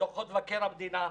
בדוחות מבקר המדינה.